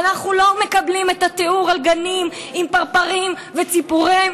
ואנחנו לא מקבלים את התיאור על גנים עם פרפרים וציפורים.